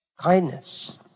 kindness